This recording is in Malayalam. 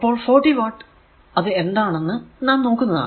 അപ്പോൾ 40 വാട്ട് അത് എന്തെന്ന് നാം നോക്കുന്നതാണ്